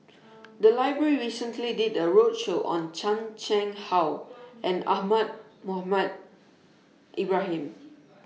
The Library recently did A roadshow on Chan Chang How and Ahmad Mohamed Ibrahim